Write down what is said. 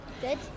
Good